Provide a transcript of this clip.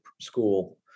school